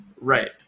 Right